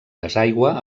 desaigua